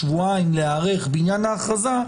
שבועיים להיערך בעניין ההכרזה,